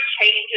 changes